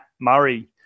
Murray